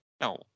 no